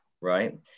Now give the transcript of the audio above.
right